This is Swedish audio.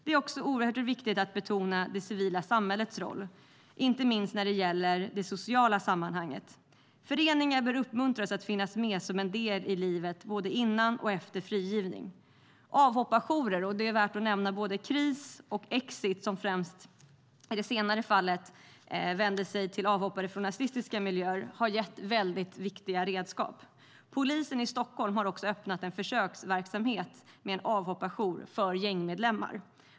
Det är också viktigt att betona det civila samhällets roll, inte minst när det gäller det sociala sammanhanget. Föreningar bör uppmuntras att finnas med som en del i livet före och efter frigivningen. Avhopparjourer - här är det viktigt att nämna både Kris och Exit; den senare vänder sig till avhoppare från nazistiska miljöer - har gett väldigt viktiga redskap. Polisen i Stockholm har också öppnat en försöksverksamhet med en avhopparjour för gängmedlemmar.